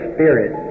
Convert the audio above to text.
Spirit